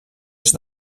est